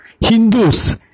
Hindus